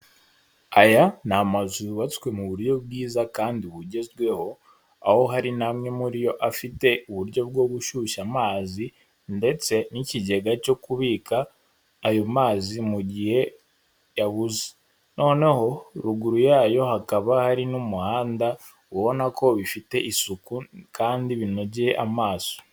Aya ni amazu yubatswe mu buryo bwiza kandi bugezweho, aho hari n'amwe muri yo afite uburyo bwo gushyushya amazi ndetse n'ikigega cyo kubika ayo mazi mu gihe yabuze. Noneho ruguru yayo hakaba hari n'umuhanda, ubona ko bifite isuku kandi binogeye amaso.